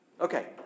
Okay